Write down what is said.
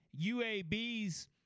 UAB's